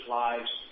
lives